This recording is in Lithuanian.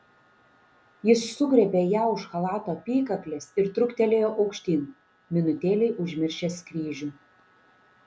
jis sugriebė ją už chalato apykaklės ir truktelėjo aukštyn minutėlei užmiršęs kryžių